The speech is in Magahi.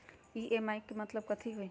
ई.एम.आई के मतलब कथी होई?